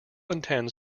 intends